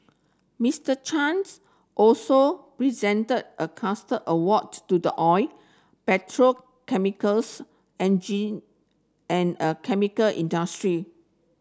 Mister Chan's also presented a award to the oil petrochemicals and a chemical industry